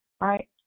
right